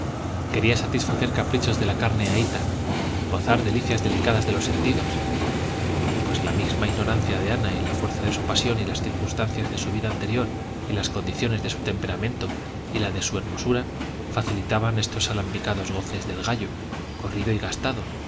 quería satisfacer caprichos de la carne ahíta gozar delicias delicadas de los sentidos pues la misma ignorancia de ana y la fuerza de su pasión y las circunstancias de su vida anterior y las condiciones de su temperamento y la de su hermosura facilitaban estos alambicados goces del gallo corrido y gastado